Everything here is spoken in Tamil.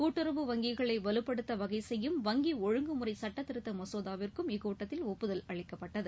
கூட்டுறவு வங்கிகளை வலுப்படுத்த வகை செய்யும் வங்கி ஒழுங்குமுறை சட்டதிருத்த மசோதாவிற்கும் இக்கூட்டத்தில் ஒப்புதல் அளிக்கப்பட்டது